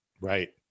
Right